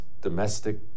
domestic